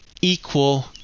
equal